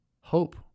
hope